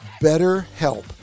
BetterHelp